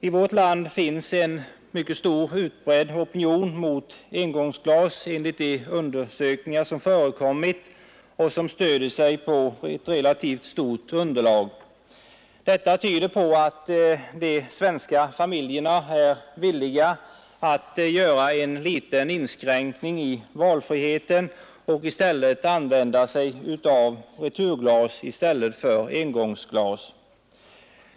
I vårt land finns en utbredd opinion mot engångsglas, enligt de undersökningar som företagits och som stöder sig på ett relativt stort underlag. Detta tyder på att de svenska familjerna är villiga att göra en liten inskränkning i valfriheten och använda returglas i stället för engångsglas.